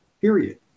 period